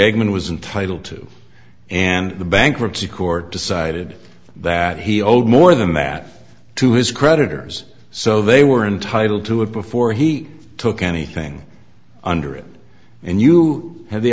yang was entitle to and the bankruptcy court decided that he owed more than that to his creditors so they were entitled to it before he took anything under it and you had the